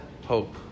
hope